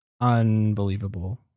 Unbelievable